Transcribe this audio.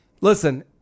Listen